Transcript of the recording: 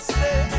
Stay